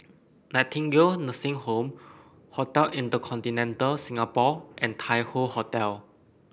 Nightingale Nursing Home Hotel InterContinental Singapore and Tai Hoe Hotel